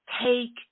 take